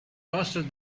frosted